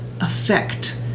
affect